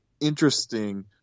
interesting